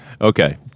Okay